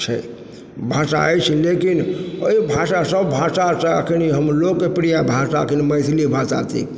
छै भाषा अछि लेकिन ओहि भाषासँ सब भाषा अखनी हमर लोकप्रिय भाषाकेँ मैथिली भाषा थिक